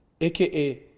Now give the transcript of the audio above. AKA